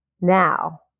now